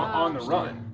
on the run?